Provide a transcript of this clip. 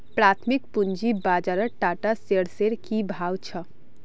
प्राथमिक पूंजी बाजारत टाटा शेयर्सेर की भाव छ